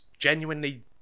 Genuinely